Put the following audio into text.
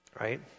right